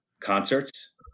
Concerts